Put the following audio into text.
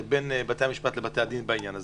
בין בתי-המשפט לבתי הדין בעניין הזה.